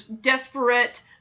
desperate